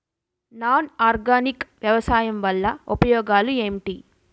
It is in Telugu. నాన్ ఆర్గానిక్ వ్యవసాయం వల్ల ఉపయోగాలు ఏంటీ?